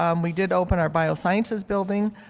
um we did open our biosciences building,